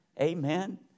Amen